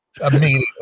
immediately